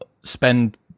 spend